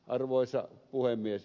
arvoisa puhemies